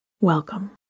Welcome